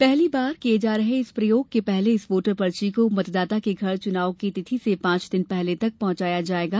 पहली बार किए जा रहे इस प्रयोग के तहत इस वोटर पर्ची को मतदाता के घर चुनाव की तिथि से पांच दिन पहले तक पहुंचाया जाएगा